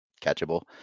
catchable